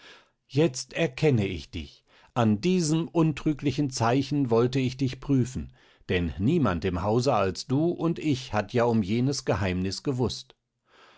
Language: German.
jetzt erkenne ich dich an diesem untrüglichen zeichen wollte ich dich prüfen denn niemand im hause als du und ich hat ja um jenes geheimnis gewußt